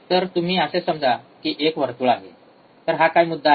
तर तुम्ही असे समजा की एक वर्तुळ आहे तर हा काय मुद्दा आहे